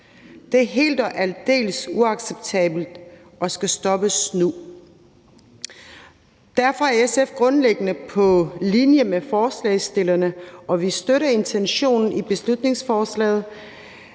Det er helt og aldeles uacceptabelt og skal stoppes nu. Derfor er SF's grundlæggende på linje med forslagsstillerne, og vi støtter intentionen i beslutningsforslaget.